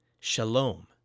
Shalom